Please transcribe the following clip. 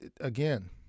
again